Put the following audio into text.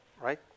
Right